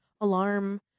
alarm